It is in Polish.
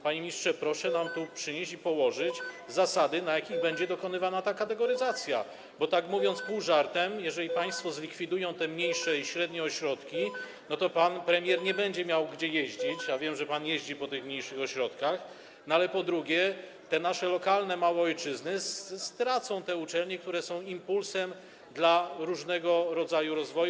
Panie ministrze, proszę nam tu przynieść i położyć zasady, na jakich będzie dokonywana ta kategoryzacja, bo tak mówiąc pół żartem, jeżeli państwo zlikwidują te mniejsze i średnie ośrodki, to pan premier nie będzie miał gdzie jeździć, a wiem, że pan jeździ po tych mniejszych ośrodkach, a po drugie, te nasze lokalne małe ojczyzny stracą te uczelnie, które są impulsem dla różnego rodzaju rozwoju.